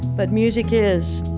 but music is